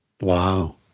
wow